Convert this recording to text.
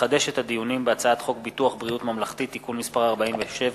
לחדש את הדיונים בהצעת חוק ביטוח בריאות ממלכתי (תיקון מס' 47),